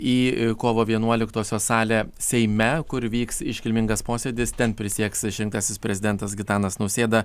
į kovo vienuoliktosios salę seime kur vyks iškilmingas posėdis ten prisieks išrinktasis prezidentas gitanas nausėda